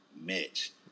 Mitch